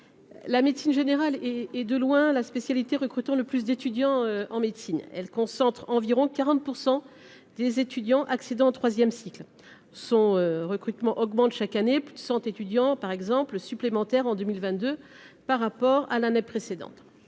La médecine générale est, et de loin, la spécialité recrutons le plus des. étudiant en médecine, elle concentre environ 40 % des étudiants accédant au 3ème cycle son recrutement augmente chaque année plus de 100 étudiants par exemple supplémentaire en 2022 par rapport à l'année précédente